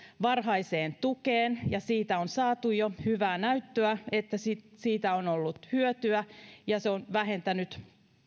varhaiseen tukeen ja siitä on saatu jo hyvää näyttöä että siitä on ollut hyötyä ja se on vähentänyt